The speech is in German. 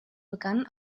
begann